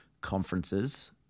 conferences